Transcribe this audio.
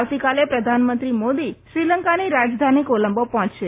આવતીકાલે પ્રધાનમંત્રી મોદી શ્રીલંકાની રાજધાની કોલંબો પહોંચશે